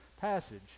passage